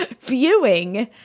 viewing